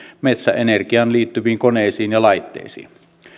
metsäenergiaan liittyviin koneisiin ja laitteisiin